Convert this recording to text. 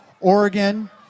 oregon